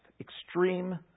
Extreme